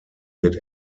wird